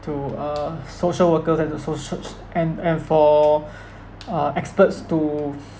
to uh social workers and to social and and for uh experts to